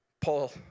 Paul